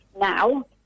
now